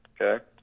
Okay